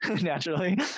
naturally